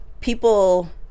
People